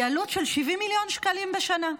היא עלות של 70 מיליון שקלים בשנה.